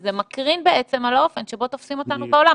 וזה מקרין על האופן שבו תופסים אותנו בעולם?